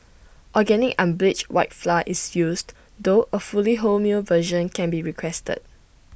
organic unbleached white flour is used though A fully wholemeal version can be requested